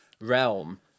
realm